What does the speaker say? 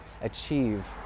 achieve